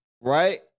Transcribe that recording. right